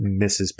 Mrs